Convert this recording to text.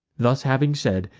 thus having said,